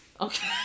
Okay